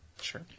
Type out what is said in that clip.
sure